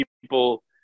people